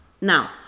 now